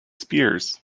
spears